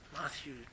Matthew